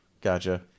gotcha